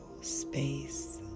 space